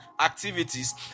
activities